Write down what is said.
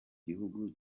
gihugu